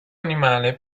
animale